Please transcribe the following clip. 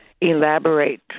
elaborate